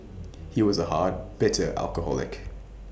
he was A hard bitter alcoholic